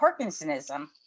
Parkinsonism